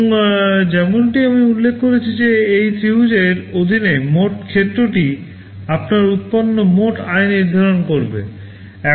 এবং যেমনটি আমি উল্লেখ করেছি যে এই ত্রিভুজের অধীনে মোট ক্ষেত্রটি আপনার উৎপন্ন মোট আয় নির্ধারণ করবে